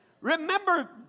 Remember